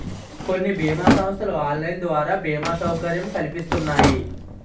కొన్ని బీమా సంస్థలు ఆన్లైన్ ద్వారా బీమా సౌకర్యం కల్పిస్తున్నాయి